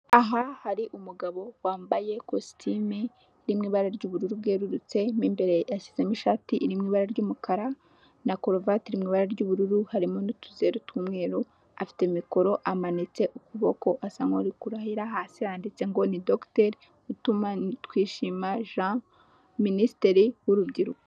Aha hari umugabo wambaye ikositimu iri mu ibara ry'ubururu bwerurutse, mo imbere yashyizemo ishati iri mu ibara ry'umukara na korovati iri mu ibara ry'ubururu, harimo n'utuzeru tw'umweru afite mikoro amanitse ukuboko asa n'uri kurahira, hasi yanditse ngo ni dogiteri Utumatwishima Jean, minisitiri w'urubyiruko.